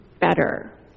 better